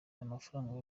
mafaranga